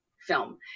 film